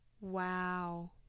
Wow